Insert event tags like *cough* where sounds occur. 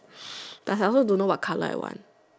*noise* I also don't know what colour I want